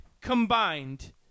combined